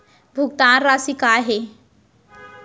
भुगतान राशि का हे?